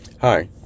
Hi